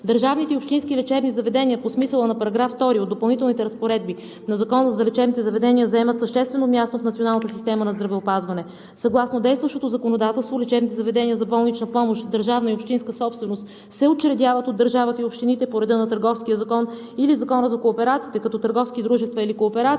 Държавните и общински лечебни заведения по смисъла на § 2 от Допълнителните разпоредби на Закона за лечебните заведения заемат съществено място в националната система за здравеопазване. Съгласно действащото законодателство лечебните заведения за болнична помощ, държавна и общинска собственост се учредяват от държавата и общините по реда на Търговския закон или Закона за кооперациите като търговски дружества или кооперации,